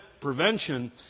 prevention